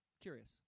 Curious